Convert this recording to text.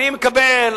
אני מקבל.